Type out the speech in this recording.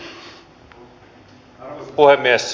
arvoisa puhemies